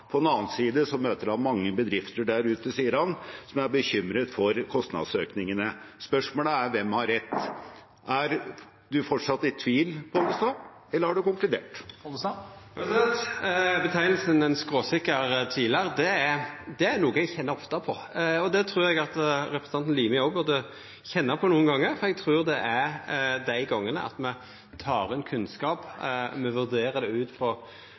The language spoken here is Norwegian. På den annen side møter han mange bedrifter der ute, sier han, som er bekymret for kostnadsøkningene. Spørsmålet er hvem som har rett. Er Pollestad fortsatt i tvil, eller har han konkludert? Nemninga ein skråsikker tvilar er noko eg kjenner på ofte. Det trur eg representanten Limi òg burde kjenna på nokre gongar, for eg trur det er dei gongane me tek inn kunnskap me vurderer ut frå